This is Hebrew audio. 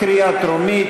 לקריאה טרומית,